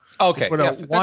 Okay